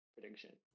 prediction